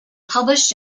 published